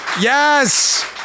Yes